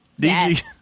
DG